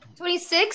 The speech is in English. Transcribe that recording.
26